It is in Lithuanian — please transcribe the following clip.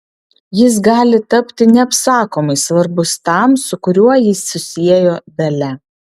jis gali tapti neapsakomai svarbus tam su kuriuo jį susiejo dalia